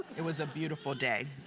it was a beautiful day.